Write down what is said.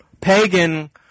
pagan